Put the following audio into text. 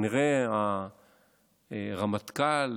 כנראה הרמטכ"ל